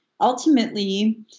ultimately